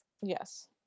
Yes